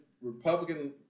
Republican